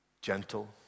gentle